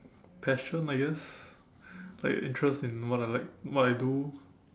passion I guess like interest in what I like what I do